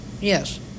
Yes